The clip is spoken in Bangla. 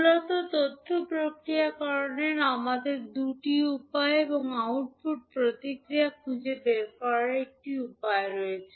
মূলত তথ্য প্রক্রিয়াকরণের আমাদের দুটি উপায় এবং আউটপুট প্রতিক্রিয়া খুঁজে বের করার একটি উপায় রয়েছে